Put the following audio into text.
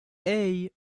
hey